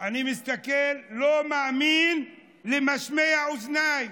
מסתכל ולא מאמין למשמע אוזניי.